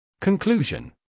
Conclusion